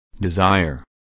Desire